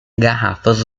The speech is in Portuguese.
garrafas